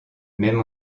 même